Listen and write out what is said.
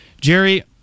Jerry